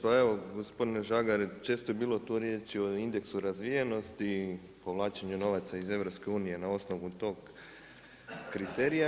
Pa evo gospodine Žagar, često je tu bilo riječi o indeksu razvijenosti i povlačenju novaca iz EU-a na osnovu toga kriterija.